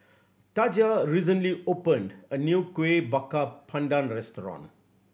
Taja recently opened a new Kuih Bakar Pandan restaurant